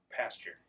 pasture